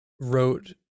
wrote